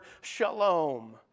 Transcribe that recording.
shalom